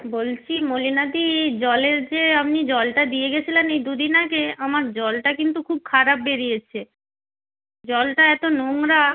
বলছি মলিনাদি জলের যে আপনি জলটা দিয়ে গেছিলেন এই দু দিন আগে আমার জলটা কিন্তু খুব খারাপ বেরিয়েছে জলটা এতো নোংরা